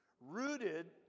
rooted